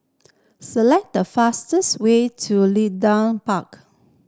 select the fastest way to Leedon Park